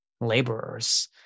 laborers